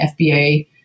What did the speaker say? FBA